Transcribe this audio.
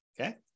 Okay